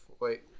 Wait